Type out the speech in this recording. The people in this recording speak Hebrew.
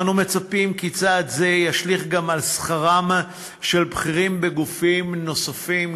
אנו מצפים כי צעד זה ישליך גם על שכרם של בכירים בגופים נוספים,